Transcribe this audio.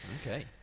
Okay